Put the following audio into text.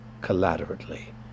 collaterally